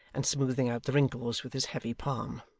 and smoothing out the wrinkles with his heavy palm.